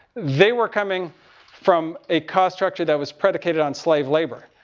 they were coming from a cost structure that was predicated on slave labor.